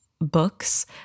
books